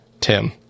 Tim